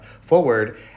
forward